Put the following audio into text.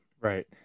Right